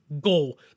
goal